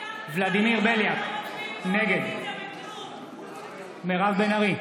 ולדימיר בליאק, נגד מירב בן ארי,